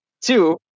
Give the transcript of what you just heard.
Two